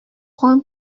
хан